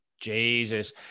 Jesus